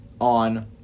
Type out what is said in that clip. on